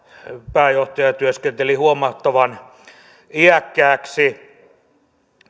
pääjohtaja työskenteli huomattavan iäkkääksi